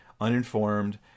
uninformed